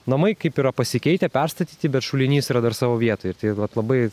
namai kaip yra pasikeitę perstatyti bet šulinys yra dar savo vietoj vat labai